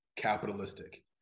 capitalistic